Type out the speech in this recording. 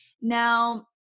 now